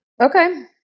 Okay